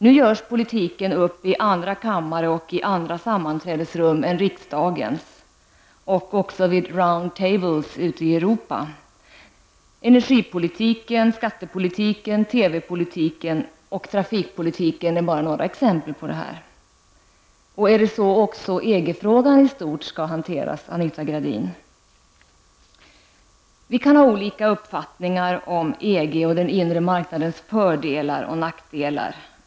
Nu görs politiken upp i andra kammare och i andra sammanträdesrum än i riksdagens och också vid ''round tables'' ute i Europa. Energipolitiken, skattepolitiken, TV-politiken och trafikpolitiken är bara några exempel på detta. Är det så EG-frågan också skall hanteras, Anita Gradin? Vi kan ha olika uppfattningar om EG och om den inre marknadens fördelar och nackdelar.